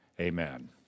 amen